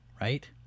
right